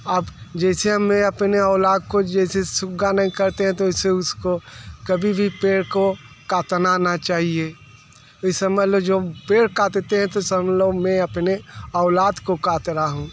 अब जैसे मैं अपने औलाद को जैसे सुगा नहीं करते हैं तो उसे उसको कभी भी पेड़ को काटना ना चाहिए ये समझ लो जो पेड़ काटते है तो समझ लो मैं अपनी औलाद को काट रहा हूँ